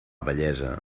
vellesa